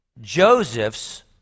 Josephs